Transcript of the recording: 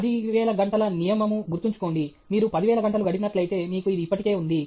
10000 గంటల నియమము గుర్తుంచుకోండి మీరు 10000 గంటలు గడిపినట్లయితే మీకు ఇది ఇప్పటికే ఉంది